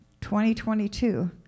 2022